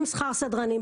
עם שכר סדרנים,